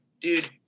dude